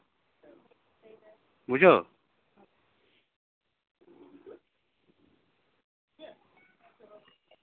ᱵᱩᱡᱷᱟᱹᱣ